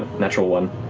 natural one.